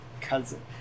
Cousin